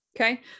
okay